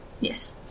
Yes